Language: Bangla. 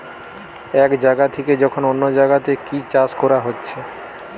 এক জাগা থিকে যখন অন্য জাগাতে কি চাষ কোরা হচ্ছে